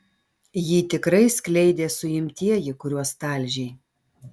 jį tikrai skleidė suimtieji kuriuos talžei